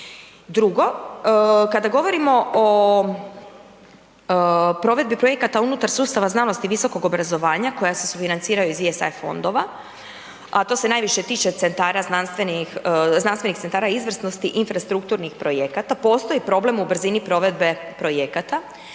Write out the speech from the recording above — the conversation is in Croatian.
Drugo, kada govorimo o provedbi projekata unutar sustava znanosti i visokog obrazovanja koja se sufinanciraju iz .../Govornik se ne razumije./... fondova a to se najviše tiče znanstvenih centara izvrsnosti infrastrukturnih projekata, postoji problem u brzini provedbe projekata,